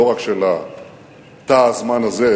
לא רק של תא הזמן הזה,